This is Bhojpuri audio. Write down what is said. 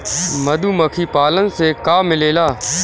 मधुमखी पालन से का मिलेला?